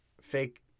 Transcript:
fake